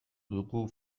dugu